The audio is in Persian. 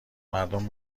مردم